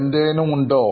എന്തെങ്കിലുമുണ്ടോ